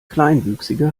kleinwüchsige